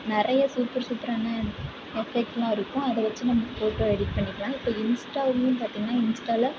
நிறைய சூப்பர் சூப்பரான எஃபெக்ட்லாம் இருக்கும் அதை வச்சு நம்ம ஃபோட்டோ எடிட் பண்ணிக்கலாம் இப்போ இன்ஸ்டாவிலேவும் பார்த்திங்கனா இன்ஸ்டாவில்